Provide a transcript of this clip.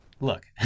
Look